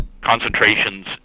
concentrations